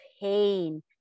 pain